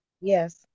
Yes